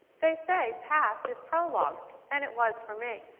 they say past is prologued and it was for me.